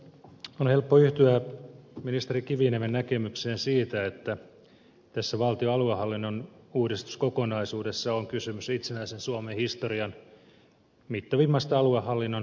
on helppo yhtyä ministeri kiviniemen näkemykseen siitä että tässä valtion aluehallinnon uudistuskokonaisuudessa on kysymys itsenäisen suomen historian mittavimmasta aluehallinnon uudistuksesta